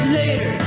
later